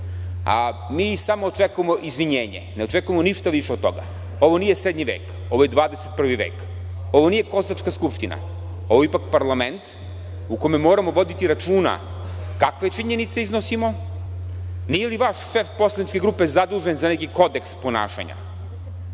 a mi samo očekujemo izvinjenje, ne očekujemo ništa više od toga. Ovo nije srednji vek, ovo je 21. vek. Ovo nije kozačka skupština, ovo je ipak parlamernt u kome moramo voditi računa kakve činjenice iznosimo. Nije li vaš šef poslaničke grupe zadužen za neki kodeks ponašanja.